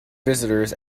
visitors